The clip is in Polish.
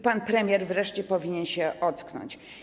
Pan premier wreszcie powinien się ocknąć.